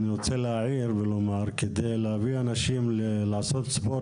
אני רוצה להעיר ולומר כדי להביא אנשים לעשות ספורט